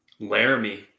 Laramie